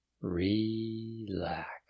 relax